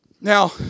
Now